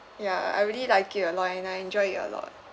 ya I really liked it a lot and I enjoyed it a lot